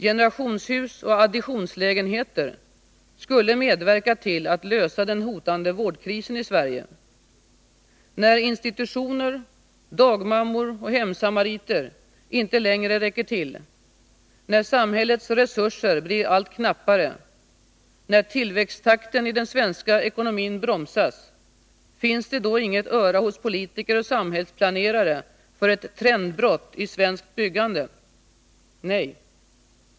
Generationshus och additionslägenheter skulle medverka till att lösa den hotande vårdkrisen i Sverige. När institutioner, dagmammor och hemsamariter inte längre räcker till, när samhällets resurser blir allt knappare, när tillväxttakten i den svenska ekonomin bromsas, finns det då inget öra hos politiker och samhällsplanerare för ett trendbrott i svenskt byggande? Nej!